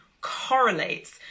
correlates